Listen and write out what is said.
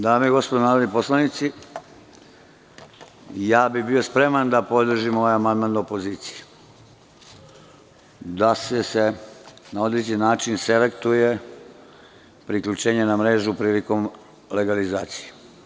Dame i gospodo narodni poslanici, ja bih bio spreman da podržim ovaj amandman opozicije, da se na određeni način selektuje priključenje na mrežu prilikom legalizacije.